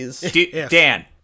Dan